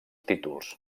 títols